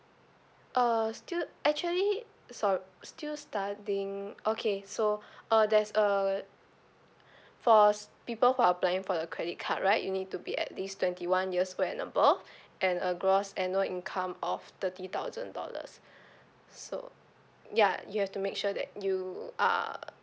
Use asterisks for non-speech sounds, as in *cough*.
uh still actually sor~ still studying okay so *breath* uh there's a *breath* for s~ people who are applying for the credit card right you need to be at least twenty one years old and above *breath* and a gross annual income of thirty thousand dollars *breath* so ya you have to make sure that you are